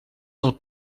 del